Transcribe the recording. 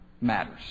matters